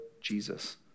Jesus